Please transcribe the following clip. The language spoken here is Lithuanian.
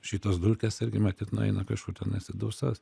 šitos dulkės irgi matyt nueina kažkur tenais į dausas